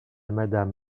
madame